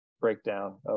breakdown